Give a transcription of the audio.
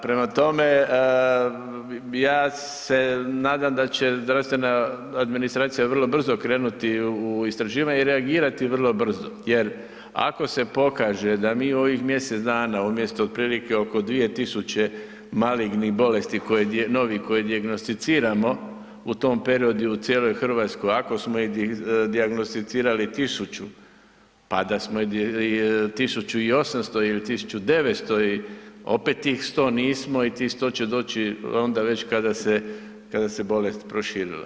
Prema tome, ja se nadam da će zdravstvena administracija vrlo brzo krenuti u istraživanje i reagirati vrlo brzo jer ako se pokaže da mi u ovih mjesec dana umjesto otprilike oko 2 tisuće malignih bolesti koje, novih, koje dijagnosticiramo u tom periodu i u cijeloj Hrvatskoj, ako smo ih dijagnosticirali 1000, pa da smo 1800 ili 1900, opet ih 100 nismo i tih 100 će doći onda već kada se bolest proširila.